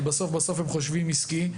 אבל בסוף בסוף הם חושבים עסקי.